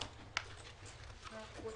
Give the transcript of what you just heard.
מאה אחוז.